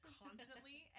constantly